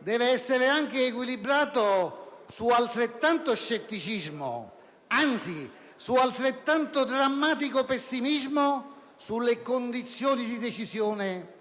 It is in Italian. deve essere equilibrato da altrettanto scetticismo, anzi da altrettanto drammatico pessimismo sulle condizioni di decisione